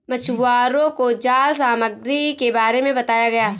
मछुवारों को जाल सामग्री के बारे में बताया गया